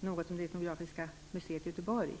något om Etnografiska museet i Göteborg.